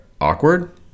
awkward